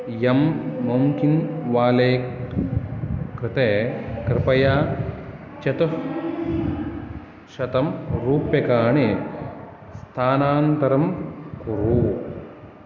यं मोम्किन् वालेट् कृते कृपया चतुःशतम् रूप्यकाणि स्थानान्तरं कुरु